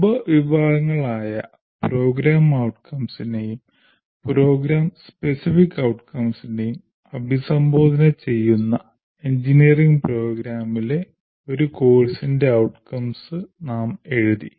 ഉപവിഭാഗങ്ങളായ program outcomes നെയും program specific outcomes നെയും അഭിസംബോധന ചെയ്യുന്ന എഞ്ചിനീയറിംഗ് പ്രോഗ്രാമിലെ ഒരു കോഴ്സിന്റെ outcomes നാം എഴുതി